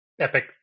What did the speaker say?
epic